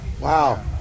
wow